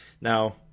Now